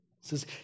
says